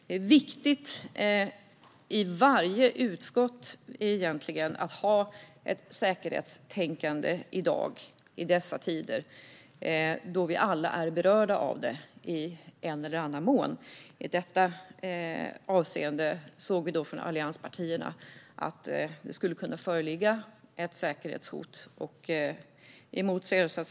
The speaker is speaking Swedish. Det är viktigt i varje utskott att ha ett säkerhetstänkande i dessa tider, då vi alla är berörda av dessa frågor i ett eller annat avseende. Från allianspartierna såg vi att det skulle kunna föreligga ett säkerhetshot här.